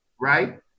right